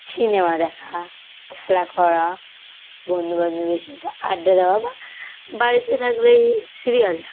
cinema দেখা খেলা করা বন্ধুবান্ধবের সাথে আড্ডা দেওয়া বা বাড়িতে থাকলে এই সিরিয়াল দেখা